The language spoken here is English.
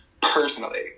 Personally